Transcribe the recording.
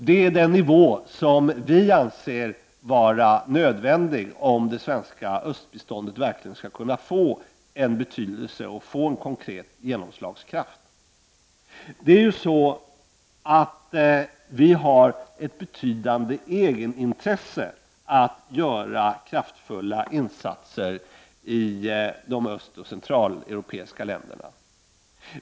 Det är den nivå som vi anser vara nödvändig om det svenska östbiståndet verkligen skall kunna få betydelse och en konkret genomslagskraft. Vi har ett betydande egenintresse av att göra kraftfulla insatser i de östoch centraleuropeiska länderna.